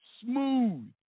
smooth